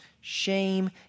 Shame